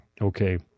okay